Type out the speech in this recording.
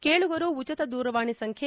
ಕೇಳುಗರು ಉಚಿತ ದೂರವಾಣಿ ಸಂಖ್ಯೆ